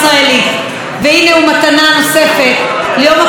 כשאתה רוצה להכניס משקיעים נוספים לעולם הקולנוע,